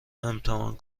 امتحان